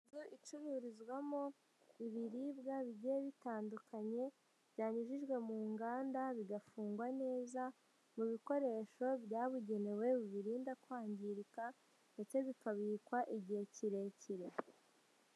Icururizwamo ibiribwa bigiye bitandukanye byanyujijwe mu nganda bigafungwa neza mu bikoresho byabugenewe birinda kwangirika ndetse bikabikwa igihe kirekire.